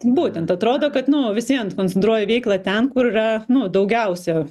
būtent atrodo kad nu vis vien koncentruoji veiklą ten kur yra nu daugiausia